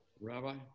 Rabbi